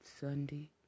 Sunday